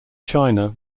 china